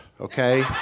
okay